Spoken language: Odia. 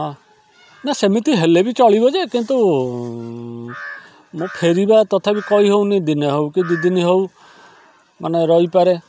ହଁ ନା ସେମିତି ହେଲେ ବି ଚଳିବ ଯେ କିନ୍ତୁ ମୁଁ ଫେରିବା ତଥାପି କହିହେଉନି ଦିନେ ହେଉ କି ଦୁଇ ଦିନ ହେଉ ମାନେ ରହିପାରେ